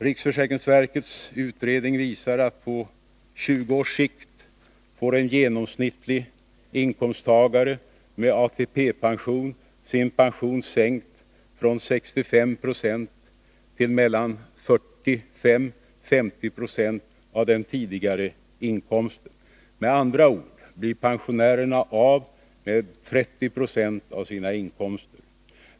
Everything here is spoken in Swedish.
Riksförsäkringsverkets utredning visar att på 20 års sikt får en genomsnittlig inkomsttagare med ATP sin pension sänkt från ca 6570 till 45-50 2 av den tidigare inkomsten. Med andra ord blir pensionärerna av med 30 20 av sina inkomster.